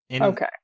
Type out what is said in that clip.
Okay